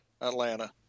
Atlanta